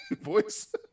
Voice